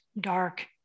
dark